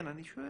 כן, אני שואל.